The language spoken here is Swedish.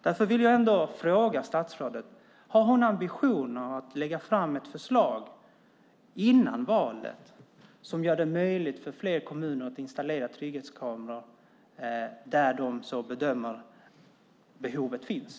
Därför vill jag ändå fråga statsrådet: Har hon ambitionen att före valet lägga fram ett förslag som gör det möjligt för fler kommuner att installera trygghetskameror där de bedömer att behovet finns?